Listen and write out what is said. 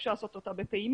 אפשר לעשות אותה בפעימות,